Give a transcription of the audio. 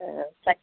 chuck